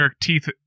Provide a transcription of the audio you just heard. teeth